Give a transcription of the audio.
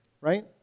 right